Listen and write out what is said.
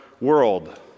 world